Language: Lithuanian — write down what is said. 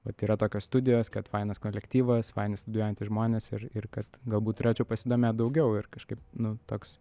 vat yra tokios studijos kad fainas kolektyvas faini studijuojantys žmonės ir ir kad galbūt turėčiau pasidomėt daugiau ir kažkaip nu toks